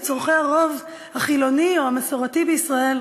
צורכי הרוב החילוני או המסורתי בישראל.